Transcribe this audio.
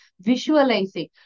visualizing